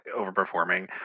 overperforming